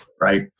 right